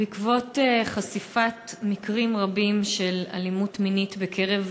בעקבות חשיפת מקרים רבים של אלימות מינית בקרב